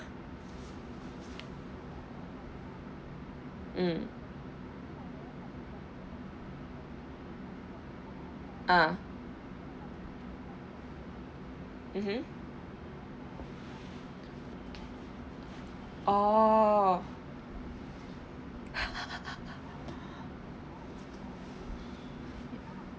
mm uh mmhmm oh